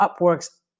Upwork's